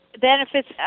benefits